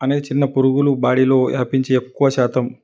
అనేది చిన్న పురుగులు బాడీలో వ్యాపించి ఎక్కువ శాతం